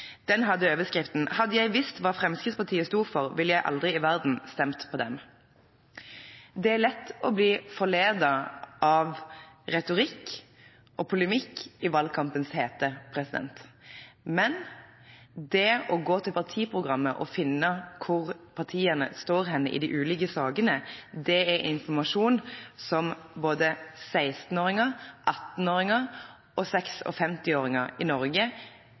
Den hadde overskriften: «Hadde jeg visst hva Frp sto for, ville jeg aldri i verden stemt på dem». Det er lett å bli forledet av retorikk og polemikk i valgkampens hete, men det å gå til partiprogrammet og finne ut hvor partiene står hen i de ulike sakene, gir informasjon til både 16-åringer, 18-åringer og 56-åringer i Norge.